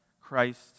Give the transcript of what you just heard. Christ